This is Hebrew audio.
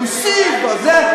הוא השיג, הוא זה.